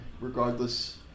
regardless